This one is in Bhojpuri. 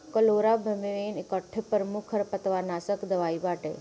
क्लोराम्बेन एकठे प्रमुख खरपतवारनाशक दवाई बाटे